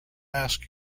ask